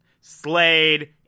Slade